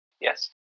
Yes